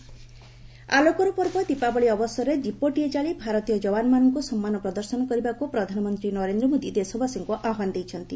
ପ୍ରଧାନମନ୍ତ୍ରୀ ଯବାନ୍ ଆଲୋକର ପର୍ବ ଦୀପାବଳି ଅବସରରେ ଦିପଟିଏ ଜାଳି ଭାରତୀୟ ଯବାନମାନଙ୍କୁ ସମ୍ମାନ ପ୍ରଦର୍ଶନ କରିବାକୁ ପ୍ରଧାନମନ୍ତ୍ରୀ ନରେନ୍ଦ୍ର ମୋଦୀ ଦେଶବାସୀଙ୍କୁ ଆହ୍ପାନ ଦେଇଛନ୍ତି